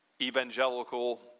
evangelical